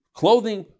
clothing